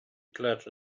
clutch